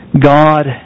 God